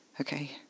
Okay